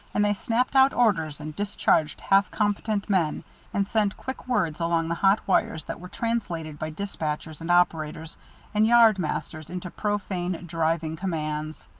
and they snapped out orders and discharged half-competent men and sent quick words along the hot wires that were translated by despatchers and operators and yard masters into profane, driving commands.